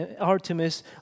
Artemis